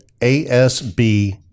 ASB